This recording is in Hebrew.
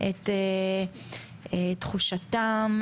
את תחושתם,